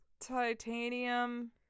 Titanium